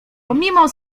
pomimo